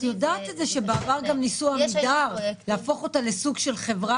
את יודעת שבעבר גם ניסו להפוך את עמידר לחברה